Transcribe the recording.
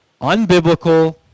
unbiblical